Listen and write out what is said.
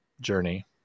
journey